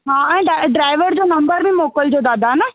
हा ऐं डाइ ड्राईवर जो नंबर बि मोकिलिजो दादा हा न